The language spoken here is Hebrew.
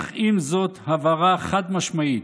אך עם זאת הבהרה חד-משמעית: